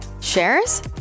shares